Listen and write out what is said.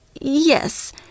yes